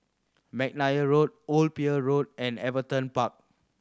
McNair Road Old Pier Road and Everton Park